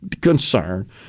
concern